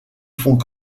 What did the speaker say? font